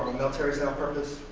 military so purpose,